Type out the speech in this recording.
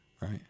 right